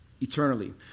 eternally